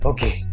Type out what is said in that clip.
Okay